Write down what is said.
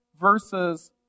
versus